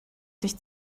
sich